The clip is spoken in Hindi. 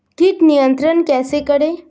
कीट नियंत्रण कैसे करें?